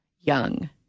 young